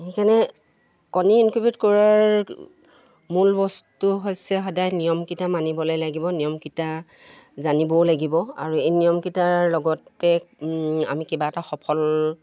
সেইকাৰণে কণী ইনকিউবেট কৰাৰ মূল বস্তু হৈছে সদায় নিয়মকেইটা মানিবলৈ লাগিব নিয়মকেইটা জানিবও লাগিব আৰু এই নিয়মকেইটাৰ লগতে আমি কিবা এটা সফল